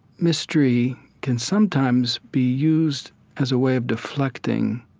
mystery can sometimes be used as a way of deflecting